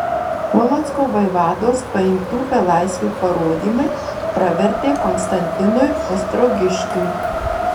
polocko vaivados paimtų belaisvių parodymai pravertė konstantinui ostrogiškiui